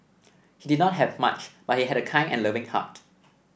he did not have much but he had a kind and loving heart